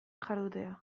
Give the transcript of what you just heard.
jardutea